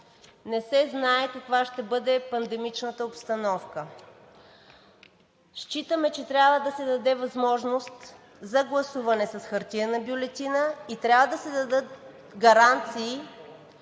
не се знае каква ще бъде пандемичната обстановка. Считаме, че трябва да се даде възможност за гласуване с хартиена бюлетина и трябва да се дадат гаранции